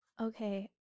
Okay